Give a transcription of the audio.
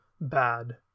bad